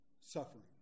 suffering